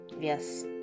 Yes